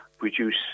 reduce